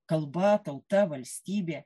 kalba tauta valstybė